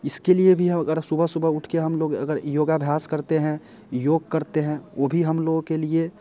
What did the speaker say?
इसके लिए भी अगर सुबह सुबह उठ के हम लोग अगर योगाभ्यास करते हैं योग करते हैं वो भी हम लोगों के लिए